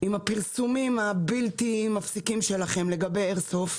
עם הפרסומים הבלתי פוסקים שלכם לגבי איירסופט,